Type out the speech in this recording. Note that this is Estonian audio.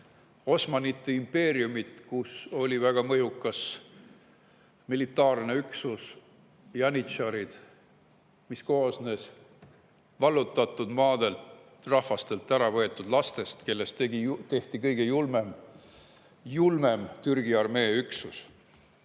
Osmanite impeeriumit, kus oli väga mõjukas militaarne üksus, janitšaride üksus, mis koosnes vallutatud maade rahvastelt ära võetud lastest, kellest tehti kõige julmem Türgi armee üksus.